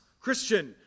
Christian